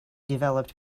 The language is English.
developed